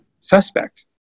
suspect